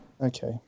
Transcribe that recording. okay